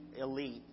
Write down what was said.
elite